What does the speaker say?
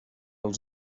els